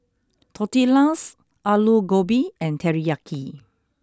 Tortillas Alu Gobi and Teriyaki